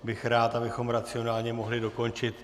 Byl bych rád, abychom racionálně mohli dokončit.